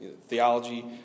theology